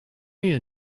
your